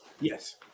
Yes